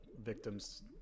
victims